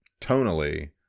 tonally